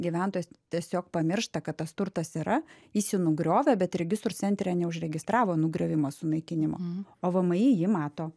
gyventojas tiesiog pamiršta kad tas turtas yra jis jį nugriovė bet registrų centre neužregistravo nugriovimo sunaikinimo o vmi jį mato